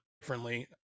differently